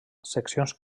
seccions